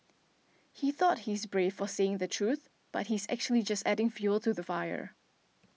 he thought he's brave for saying the truth but he's actually just adding fuel to the fire